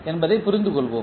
என்பதைப் புரிந்து கொள்வோம்